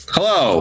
Hello